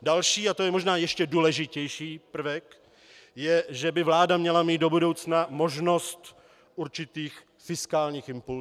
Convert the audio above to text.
Další, a to je možná ještě důležitější prvek, je, že by vláda měla mít do budoucna možnost určitých fiskálních impulsů.